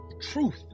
Truth